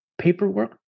paperwork